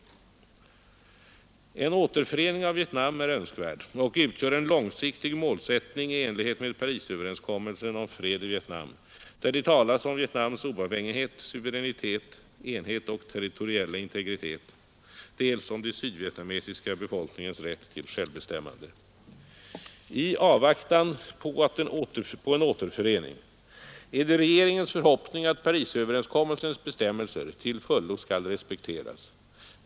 Utrikes, handels En återförening av Vietnam är önskvärd och utgör en långsiktig och valutapolitisk målsättning i enlighet med Parisöverenskommelsen om fred i Vietnam, debatt där det talas dels om Vietnams oavhängighet, suveränitet, enheter och territoriella integritet, dels om den sydvietnamesiska befolkningens rätt till självbestämmande. I avvaktan på en återförening är det regeringens förhoppning att Parisöverenskommelsens bestämmelser till fullo skall respekteras.